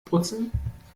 brutzeln